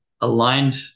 aligned